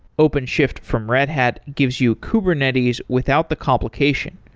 openshift from red hat gives you kubernetes without the complication.